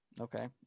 Okay